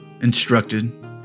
instructed